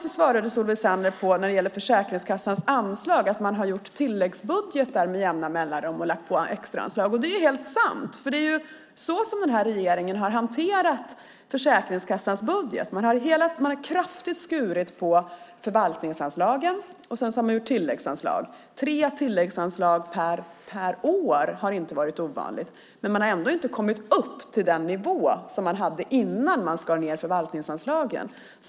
När det gäller frågorna om Försäkringskassans anslag svarade Solveig Zander att man med jämna mellanrum i tilläggsbudgetar har lagt på extra anslag, och det är helt sant. Det är så som den här regeringen har hanterat Försäkringskassans budget. Man har kraftigt skurit ned på förvaltningsanslagen och har sedan gjort tilläggsanslag. Tre tilläggsanslag per år har inte varit ovanligt. Men nivån har ändå inte kommit upp till den som var innan man skar ned i förvaltningsanslagen.